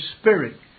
spirit